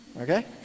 okay